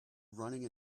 running